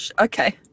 okay